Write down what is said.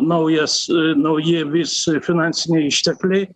naujas nauji vis finansiniai ištekliai